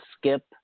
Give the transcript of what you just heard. skip